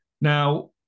Now